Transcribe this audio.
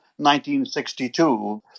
1962